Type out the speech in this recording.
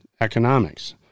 economics